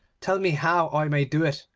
tell me how i may do it,